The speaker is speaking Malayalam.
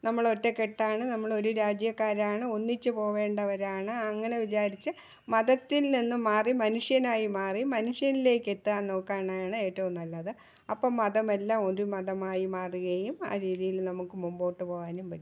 നമ്മളൊറ്റക്കെട്ടാണ് നമ്മളൊരു രാജ്യക്കാരാണ് ഒന്നിച്ചു പോകേണ്ടവരാണ് അങ്ങനെ വിചാരിച്ച് മതത്തിൽ നിന്നും മാറി മനുഷ്യനായി മാറി മനുഷ്യനിലേക്കെത്താൻ നോക്കണതാണ് ഏറ്റവും നല്ലത് അപ്പം മതമെല്ലാം ഒരു മതമായി മാറുകയും ആ രീതിയിൽ നമുക്കു മുമ്പോട്ടു പോകാനും പറ്റും